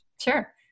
Sure